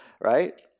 right